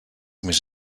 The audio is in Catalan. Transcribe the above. més